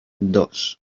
dos